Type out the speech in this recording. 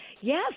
Yes